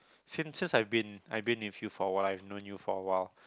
since since I've been I've been with you for awhile I've known you for awhile